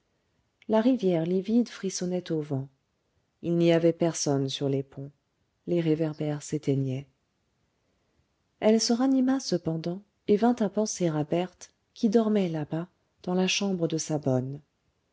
la rivière livide frissonnait au vent il n'y avait personne sur les ponts les réverbères s'éteignaient elle se ranima cependant et vint à penser à berthe qui dormait là-bas dans la chambre de sa bonne